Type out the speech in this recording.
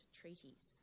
treaties